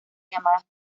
llamadas